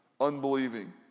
unbelieving